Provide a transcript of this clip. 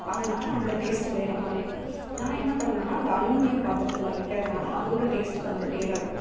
அதனால் அந்த டேஸ்ட்டு வேறு மாதிரி இருக்கும் நான் என்ன பண்ணுவேன்னா அந்த அலுமினிய பாத்தரத்தில் வைக்கிறதுனால அதோட டேஸ்ட்டு வந்து வேறு இருக்கும்